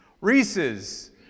Reese's